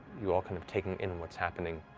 you all, kind of taking in what's happening,